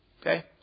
Okay